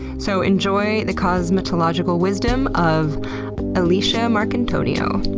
so enjoy the cosmetological wisdom of alysha marcantonio.